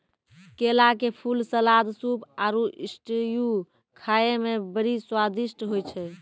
केला के फूल, सलाद, सूप आरु स्ट्यू खाए मे बड़ी स्वादिष्ट होय छै